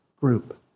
group